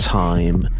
time